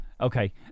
okay